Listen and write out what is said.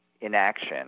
inaction